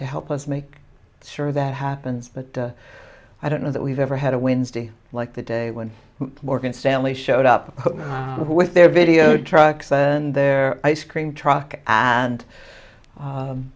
to help us make sure that happens but i don't know that we've ever had a wednesday like the day when morgan stanley showed up with their video trucks and their ice cream truck and